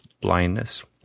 blindness